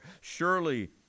Surely